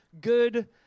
good